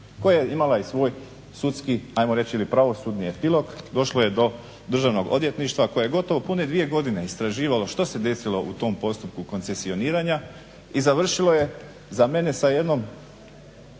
koja je imala i svoj sudski ajmo reći pravosudni epilog, došlo je do Državnog odvjetništva koje je gotovo pune dvije godine istraživalo što se desilo u tom postupku koncesioniranja i završilo je za mene sa jednom